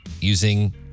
using